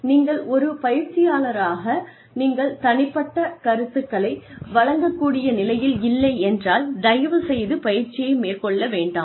நீங்கள் ஒரு பயிற்சியாளராக நீங்கள் தனிப்பட்ட கருத்துக்களை வழங்க கூடிய நிலையில் இல்லை என்றால் தயவுசெய்து பயிற்சியை மேற்கொள்ள வேண்டாம்